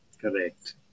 Correct